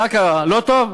מה קרה, לא טוב?